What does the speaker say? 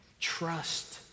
trust